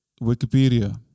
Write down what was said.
Wikipedia